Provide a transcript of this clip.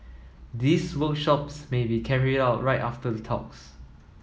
these workshops may be carried out right after the talks